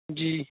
جی